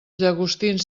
llagostins